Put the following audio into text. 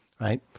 Right